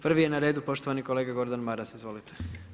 Prvi je na redu poštovani kolega Gordan Maras, izvolite.